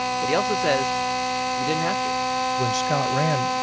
but he also says he didn't have to when scott ran,